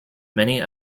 many